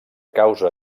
causa